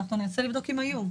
אני אנסה לבדוק אם היו.